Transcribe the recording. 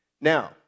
Now